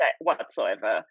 whatsoever